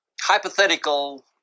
hypothetical